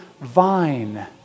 vine